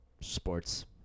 sports